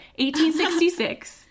1866